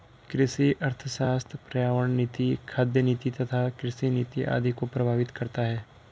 कृषि अर्थशास्त्र पर्यावरण नीति, खाद्य नीति तथा कृषि नीति आदि को प्रभावित करता है